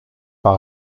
par